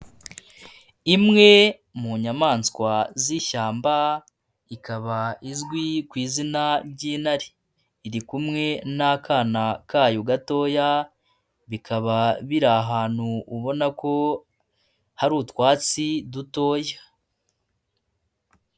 Imwe mu nyamaswa z'ishyamba ikaba izwi ku izina ry'intare iri kumwe n'akana kayo gatoya bikaba biri ahantu ubona ko hari utwatsi dutoya.